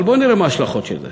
אבל בואו נראה מה ההשלכות של זה.